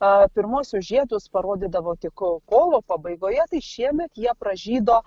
a pirmuosius žiedus parodydavo tik kovo pabaigoje tai šiemet jie pražydo